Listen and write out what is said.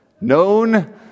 known